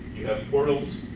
you have portals